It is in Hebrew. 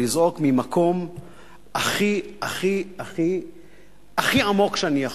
לזעוק מהמקום הכי הכי הכי עמוק שאני יכול.